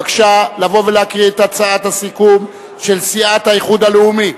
לבוא ולקרוא את הצעת הסיכום של סיעת האיחוד הלאומי.